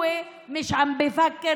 אין לכם היום כלים לפצות